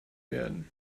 werden